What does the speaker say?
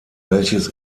welches